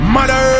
Mother